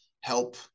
help